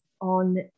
on